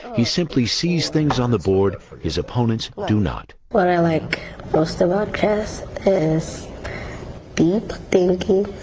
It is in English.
he simply sees things on the board his opponents do not. what i like most about chess is deep thinking.